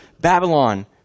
Babylon